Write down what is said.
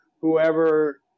whoever